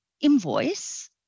invoice